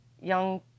young